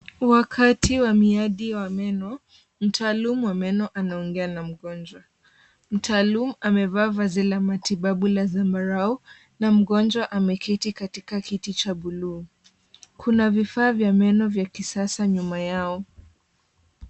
Wakati wa miadi wa meno, mtaalum wa meno anaongea na mgonjwa. Mtaalum amevaa vazi la matibabu la zambarau na mgonjwa ameketi katika kiti cha buluu. Kuna vifaa vya meno vya kisasa nyuma yao.